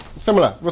similar